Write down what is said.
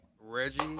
Reggie